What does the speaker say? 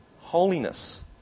holiness